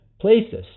places